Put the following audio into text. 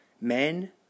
men